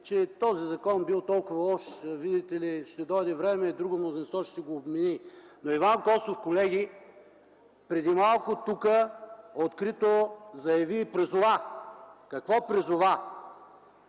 че този закон бил толкова лош, виждате ли, ще дойде време и друго мнозинство ще го отмени. Но Иван Костов, колеги, преди малко тук открито заяви и призова. Какво призова?